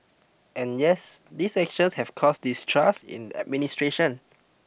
and yes these actions have caused distrust in administration